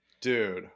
Dude